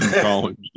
College